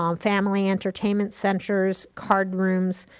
um family entertainment centers, card rooms,